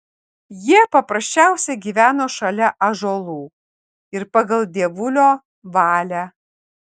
jie paprasčiausiai gyveno šalia ąžuolų ir pagal dievulio valią